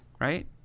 right